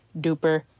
duper